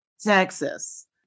Texas